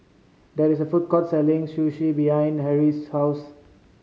there is a food court selling Sushi behind Harrie's house